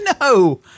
No